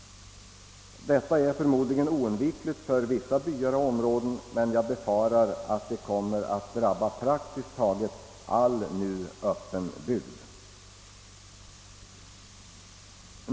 Detta är förmodligen oundvikligt för vissa byar och områden, men jag befarar att det kommer att drabba praktiskt taget all nu öppen bygd i dessa områden.